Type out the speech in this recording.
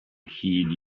heed